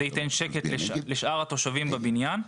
זה יתן שקט לשאר התושבים בבניין.